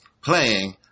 playing